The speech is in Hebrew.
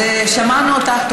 שמענו אותך.